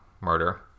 murder